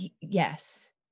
yes